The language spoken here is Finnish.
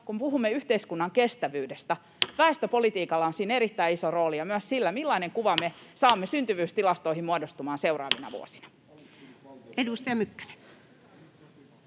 kun puhumme yhteiskunnan kestävyydestä, väestöpolitiikalla on siinä erittäin iso rooli ja myös sillä, millaisen kuvan me saamme syntyvyystilastoihin muodostumaan seuraavina vuosina. [Speech